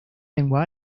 lengua